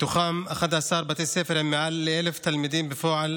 מתוכם 11 בתי ספר עם מעל 1,000 תלמידים בפועל.